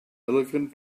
elegant